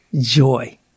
joy